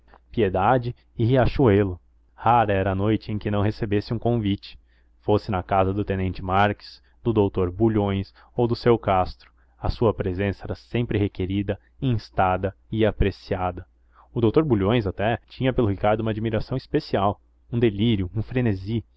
piedade e riachuelo rara era a noite em que não recebesse um convite fosse na casa do tenente marques do doutor bulhões ou do seu castro a sua presença era sempre requerida instada e apreciada o doutor bulhões até tinha pelo ricardo uma admiração especial um delírio um frenesi